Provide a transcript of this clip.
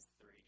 three